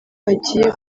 bagiye